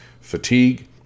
fatigue